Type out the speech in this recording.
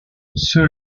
ceux